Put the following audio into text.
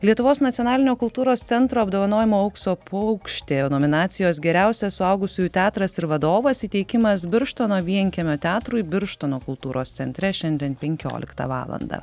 lietuvos nacionalinio kultūros centro apdovanojimo aukso paukštė nominacijos geriausias suaugusiųjų teatras ir vadovas įteikimas birštono vienkiemio teatrui birštono kultūros centre šiandien penkioliktą valandą